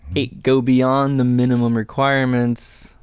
eight, go beyond the minimum requirements.